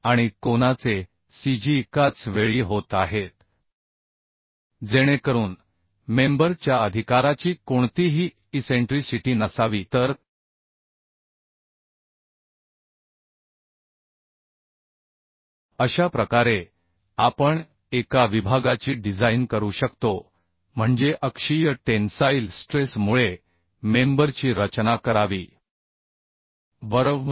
आणि कोनाचे cgएकाच वेळी होत आहेत जेणेकरून मेंबर च्या अधिकाराची कोणतीही इसेंट्रीसिटी नसावी तर अशा प्रकारे आपण एका विभागाची डिझाइन करू शकतो म्हणजे अक्षीय टेन्साईल स्ट्रेस मुळे मेंबरची रचना करावी बरोबर